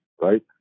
right